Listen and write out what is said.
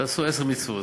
תעשו עשר מצוות.